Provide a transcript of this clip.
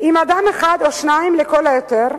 עם אדם אחד או שניים לכל היותר.